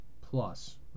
Plus